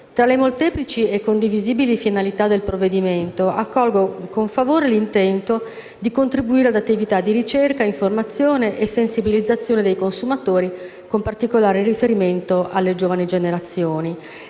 Tra le molteplici e condivisibili finalità del provvedimento, accolgo con favore l'intento di contribuire ad attività di ricerca, informazione e sensibilizzazione dei consumatori, con particolare riferimento alle giovani generazioni.